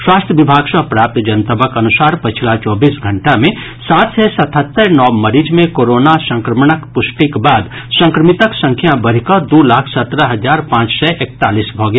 स्वास्थ्य विभाग सँ प्राप्त जनतबक अनुसार पछिला चौबीस घंटा मे सात सय सतहत्तरि नव मरीज मे कोरोना संक्रमणक पुष्टिक बाद संक्रमितक संख्या बढ़ि कऽ दू लाख सत्रह हजार पांच सय एकतालीस भऽ गेल